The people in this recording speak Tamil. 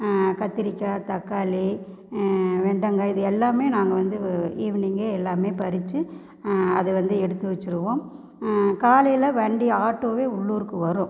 கத்திரிக்காய் தக்காளி வெண்டங்காய் இது எல்லாமே நாங்கள் வந்து ஈவினிங்கே எல்லாமே பறிச்சு அதை வந்து எடுத்து வச்சுருவோம் காலையில் வண்டி ஆட்டோவே உள்ளூருக்கு வரும்